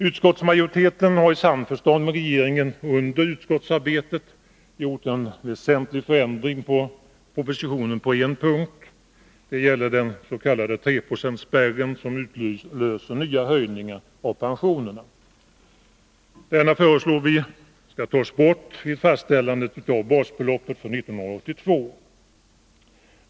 Utskottsmajoriteten har i samförstånd med regeringen under utskottsarbetet företagit en väsentlig förändring av propositionen på en punkt. Det gäller den s.k. 3-procentsspärren som utlöser nya höjningar av pensionerna. Denna föreslår vi skall tas bort vid fastställandet av basbeloppet för 1982.